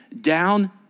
down